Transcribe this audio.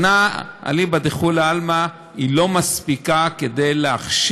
שנה, אליבא לכולי עלמא, לא מספיקה להכשיר